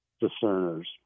discerner's